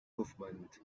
movement